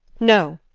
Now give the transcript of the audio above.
no.